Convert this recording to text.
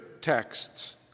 texts